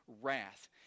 wrath